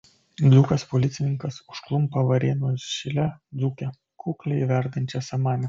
dzūkas policininkas užklumpa varėnos šile dzūkę kukliai verdančią samanę